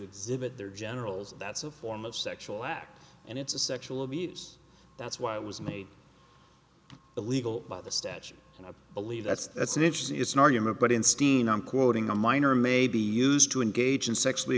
exhibit their generals that's a form of sexual act and it's a sexual abuse that's why it was made illegal by the statute and i believe that's that's an interesting it's an argument but instead i'm quoting a minor may be used to engage in sex